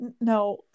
No